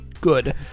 good